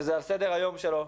שזה על סדר היום שלו,